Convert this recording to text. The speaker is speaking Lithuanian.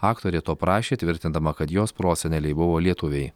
aktorė to prašė tvirtindama kad jos proseneliai buvo lietuviai